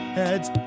heads